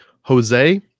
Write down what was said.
Jose